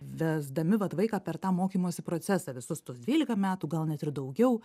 vesdami vat vaiką per tą mokymosi procesą visus tuos dvylika metų gal net ir daugiau